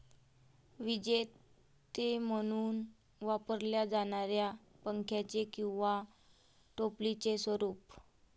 विजेते म्हणून वापरल्या जाणाऱ्या पंख्याचे किंवा टोपलीचे स्वरूप